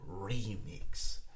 remix